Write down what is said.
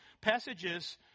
passages